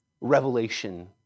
revelation